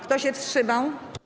Kto się wstrzymał?